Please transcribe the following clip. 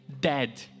dead